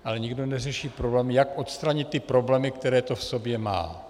Ale nikdo neřeší problém, jak odstranit ty problémy, které to v sobě má.